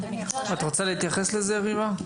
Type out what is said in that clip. את רוצה להתייחס לזה, ריבה?